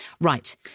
Right